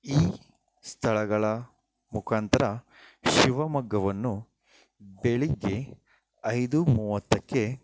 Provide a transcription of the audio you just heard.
ಈ ಸ್ಥಳಗಳ ಮುಖಾಂತರ ಶಿವಮೊಗ್ಗವನ್ನು ಬೆಳಗ್ಗೆ ಐದು ಮೂವತ್ತಕ್ಕೆ